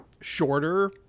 shorter